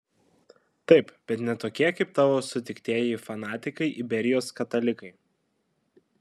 taip bet ne tokie kaip tavo sutiktieji fanatikai iberijos katalikai